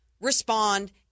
Respond